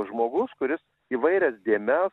žmogus kuris įvairias dėmes